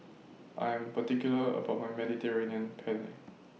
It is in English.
I Am particular about My Mediterranean Penne